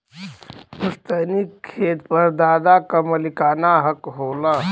पुस्तैनी खेत पर दादा क मालिकाना हक होला